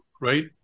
right